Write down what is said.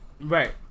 right